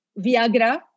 Viagra